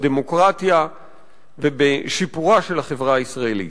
בדמוקרטיה ובשיפורה של החברה הישראלית.